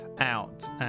out